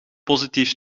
positief